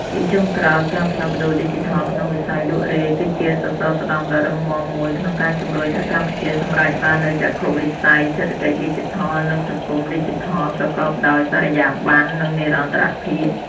ជាចុងក្រោយ ការផ្លាស់ប្តូរឌីជីថលក្នុងវិស័យលក់រាយ គឺជាសសរស្តម្ភដ៏រឹងមាំមួយក្នុងការជំរុញឱ្យកម្ពុជាសម្រេចបាននូវចក្ខុវិស័យ "សេដ្ឋកិច្ចឌីជីថល និងសង្គមឌីជីថល" ប្រកបដោយបរិយាបន្ន និងនិរន្តរភាព។